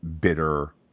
bitter